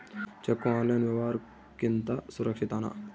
Cheque online ವ್ಯವಹಾರುಕ್ಕಿಂತ ಸುರಕ್ಷಿತನಾ?